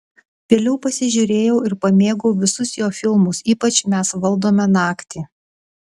vėliau pasižiūrėjau ir pamėgau visus jo filmus ypač mes valdome naktį